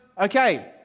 okay